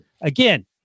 Again